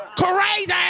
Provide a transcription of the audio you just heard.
crazy